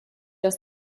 aus